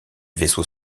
vaisseaux